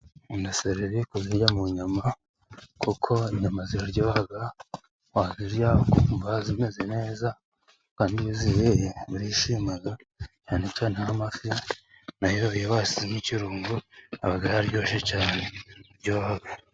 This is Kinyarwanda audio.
Nkunda serezi kuzirya mu nyama kuko inyama ziraryoha, wazirya ukumva zimeze neza kandi iyo uziriye urishima, cyane cyane nk'amafi na yo iyo wayashyizemo ikirungo aba yaryoshye cyane araryoha.